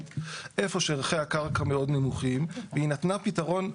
איפה שערכי הקרקע מאוד נמוכים והיא נתנה פתרון לחיזוק.